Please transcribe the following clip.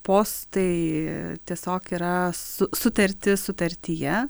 postai tiesiog yra su sutarti sutartyje